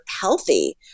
healthy